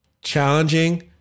challenging